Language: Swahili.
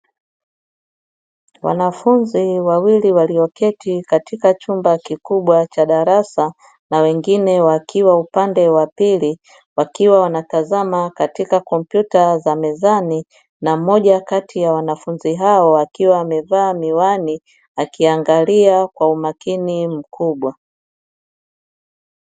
Wanafunzi wawili walioketi katika chumba kikubwa cha darasa, na wengine wakiwa upande wa pili, wakiwa wanatazama katika kompyuta za mezani na mmoja kati ya wanafunzi hao akiwa amevaa miwani, akiangalia kwa umakini mkubwa.